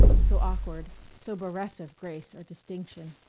so awkward, so bereft of grace or distinction.